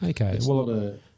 Okay